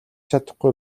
чадахгүй